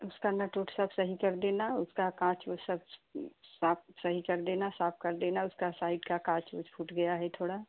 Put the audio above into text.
उसका नट उट सब सही कर देना उसका काँच ऊँच सब साफ़ सही कर देना साफ़ कर देना उसका साइड का काँच उच फूट गया है थोड़ा